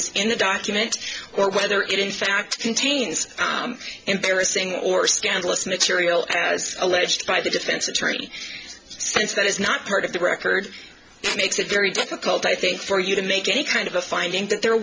is in the document or whether it in fact contains embarrassing or scandalous material as alleged by the defense attorney since that is not part of the record makes it very difficult i think for you to make any kind of a finding that there